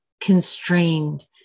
constrained